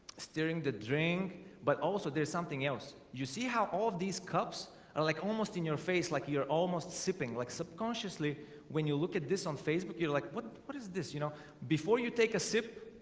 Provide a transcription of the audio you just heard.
steering the drink but also there's something else you see how all of these cups are like almost in your face like you're almost sipping like subconsciously when you look at this on facebook. you're like what what is this? you know before you take a sip,